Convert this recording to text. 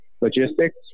logistics